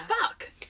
Fuck